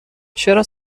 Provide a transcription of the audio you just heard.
چرا